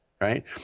right